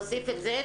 תוסיף את זה.